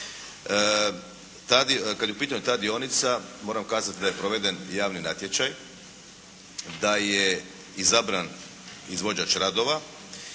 Kad je u pitanju ta dionica moram kazati da je proveden i javni natječaj, da je izabran izvođač radova